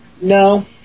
No